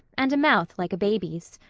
and a mouth like a baby's.